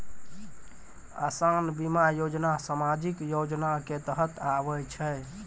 असान बीमा योजना समाजिक योजना के तहत आवै छै